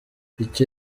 icyo